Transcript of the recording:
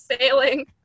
sailing